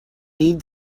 need